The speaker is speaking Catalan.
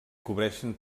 cobreixen